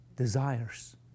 Desires